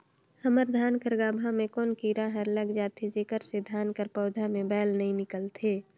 हमर धान कर गाभा म कौन कीरा हर लग जाथे जेकर से धान कर पौधा म बाएल नइ निकलथे?